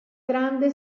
grande